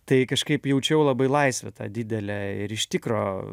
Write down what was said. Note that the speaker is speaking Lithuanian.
tai kažkaip jaučiau labai laisvę tą didelę ir iš tikro